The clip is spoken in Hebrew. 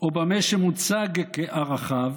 או במה שמוצג כערכיו,